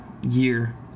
year